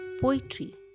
Poetry